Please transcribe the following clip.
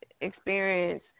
experience